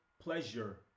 pleasure